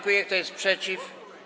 Kto jest przeciw?